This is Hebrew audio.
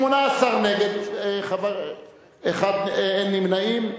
18 נגד, אין נמנעים.